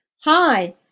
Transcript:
Hi